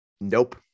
Nope